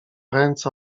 ręce